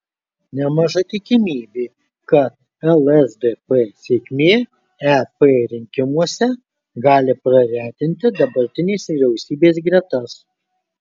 nemaža tikimybė kad lsdp sėkmė ep rinkimuose gali praretinti dabartinės vyriausybės gretas